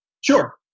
Sure